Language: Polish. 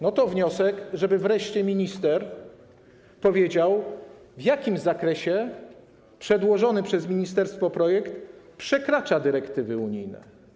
No to wniosek, żeby wreszcie minister powiedział, w jakim zakresie przedłożony przez ministerstwo projekt przekracza dyrektywy unijne.